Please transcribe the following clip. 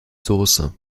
sauce